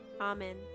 Amen